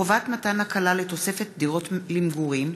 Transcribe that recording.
(חובת מתן הקלה לתוספת דירות מגורים),